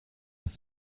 hast